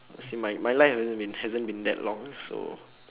uh see my my life hasn't been hasn't been that long so